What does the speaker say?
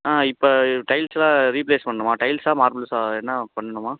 ஆ இப்போ டைல்ஸ்லாம் ரீப்ளேஸ் பண்ணணுமா டைல்ஸா மார்பிள்ஸா என்ன பண்ணணும்மா